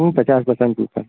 पचास पर्सेंट से ऊपर